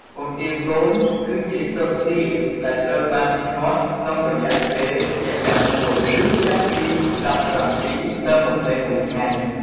ពងទាកូន គឺជាស៊ុតទាដែលត្រូវបានភ្ញាស់ក្នុងរយៈពេលជាក់លាក់មួយ គឺចាប់ពី ១៧ ទៅ ២១ ថ្ងៃ។